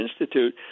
Institute